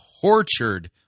tortured